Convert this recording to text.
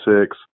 six